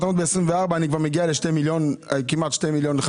אומרת שב-2024 את מגיעה לכמעט 2 מיליון.